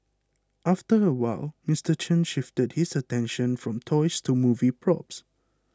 after a while Mister Chen shifted his attention from toys to movie props